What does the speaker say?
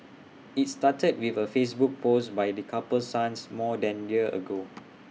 IT started with A Facebook post by the couple's son more than year ago